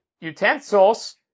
utensils